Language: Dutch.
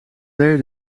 deden